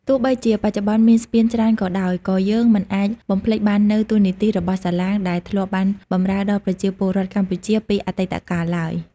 ទោះបីជាបច្ចុប្បន្នមានស្ពានច្រើនក៏ដោយ ក៏យើងមិនអាចបំភ្លេចបាននូវតួនាទីរបស់សាឡាងដែលធ្លាប់បានបម្រើដល់ប្រជាពលរដ្ឋកម្ពុជាពីអតីតកាលឡើយ។